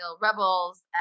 Rebels